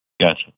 Gotcha